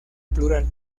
plural